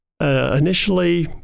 initially